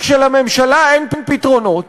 וכשלממשלה אין פתרונות,